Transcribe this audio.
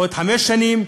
עוד חמש שנים,